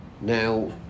Now